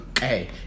Hey